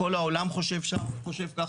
כל העולם חושב ככה,